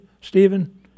Stephen